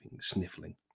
sniffling